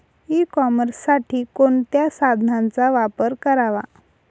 E कॉमर्ससाठी कोणत्या साधनांचा वापर करावा?